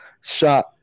shot